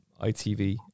ITV